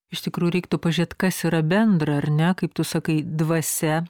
iš tikrųjų reiktų pažiūrėt kas yra bendra ar ne kaip tu sakai dvasia